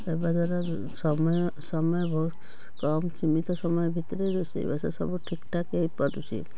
ଏବେକାର ସମୟ ସମୟ ବହୁତ କମ୍ ସୀମିତ ସମୟ ଭିତରେ ରୋଷେଇବାସ ସବୁ ଠିକ୍ଠାକ୍ ହୋଇପାରୁଛି